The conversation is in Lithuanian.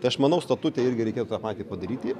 tai aš manau statute irgi reikėtų tą patį padaryti